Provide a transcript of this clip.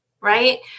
right